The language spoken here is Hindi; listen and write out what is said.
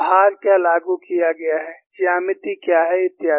भार क्या लागू किया गया है ज्यामिति क्या है इत्यादि